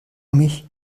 mich